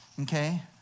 okay